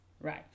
right